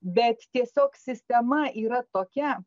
bet tiesiog sistema yra tokia